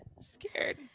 scared